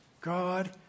God